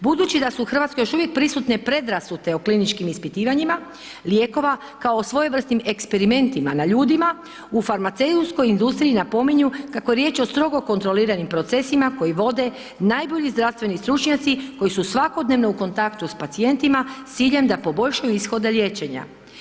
Budući da su u Hrvatskoj još uvijek prisutne predrasude o kliničkim ispitivanjima lijekova kao svojevrsnim eksperimentima na ljudima u farmaceutskoj industriji napominju kako je riječ o strogo kontroliranim procesima koji vode najbolji zdravstveni stručnjaci koji su svakodnevno u kontaktu s pacijentima s ciljem da poboljšaju ishode liječenja.